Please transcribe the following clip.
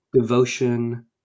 devotion